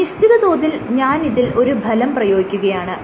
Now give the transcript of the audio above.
നിശ്ചിതതോതിൽ ഞാനിതിൽ ഒരു ബലം പ്രയോഗിക്കുകയാണ്